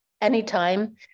anytime